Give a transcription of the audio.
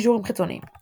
קישורים חיצוניים